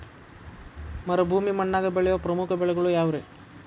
ಮರುಭೂಮಿ ಮಣ್ಣಾಗ ಬೆಳೆಯೋ ಪ್ರಮುಖ ಬೆಳೆಗಳು ಯಾವ್ರೇ?